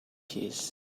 keys